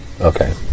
Okay